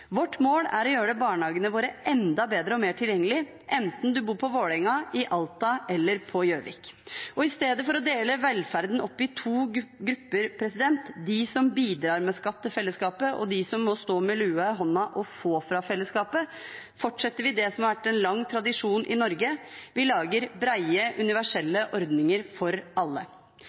Vårt mål er å gjøre barnehagene våre enda bedre og mer tilgjengelig, enten du bor på «Vål'enga», i Alta eller på Gjøvik. Og i stedet for å dele opp velferden i to grupper – de som bidrar med skatt til fellesskapet, og de som må stå med lua i hånda og få fra fellesskapet – fortsetter vi det som har vært en lang tradisjon i Norge: Vi lager brede, universelle ordninger for alle.